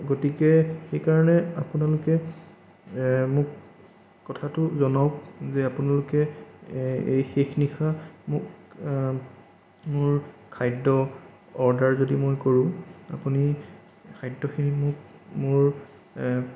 গতিকে সেইকাৰণে আপোনালোকে মোক কথাটো জনাওক যে আপোনালোকে এই শেষ নিশা মোক মোৰ খাদ্য অৰ্ডাৰ যদি মই কৰোঁ আপুনি খাদ্যখিনি মোক মোৰ